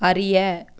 அறிய